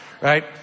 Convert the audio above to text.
Right